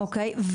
אוקיי.